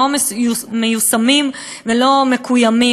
לא מיושמים ולא מקוימים.